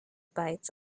bites